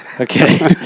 Okay